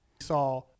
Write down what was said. Saw